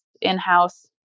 in-house